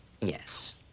Yes